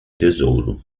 tesouro